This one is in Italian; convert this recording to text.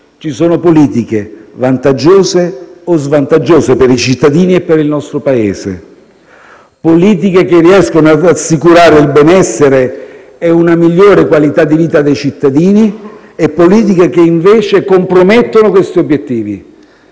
ci sono politiche vantaggiose o svantaggiose per i cittadini e per il nostro Paese; politiche che riescono ad assicurare il benessere e una migliore qualità di vita dei cittadini e politiche che, invece, compromettono questi obiettivi.